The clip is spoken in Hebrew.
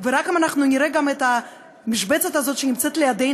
נשים שהאמינו שעד שלא